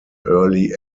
early